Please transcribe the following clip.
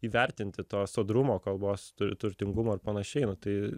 įvertinti to sodrumo kalbos tur turtingumo ir panašiai nu tai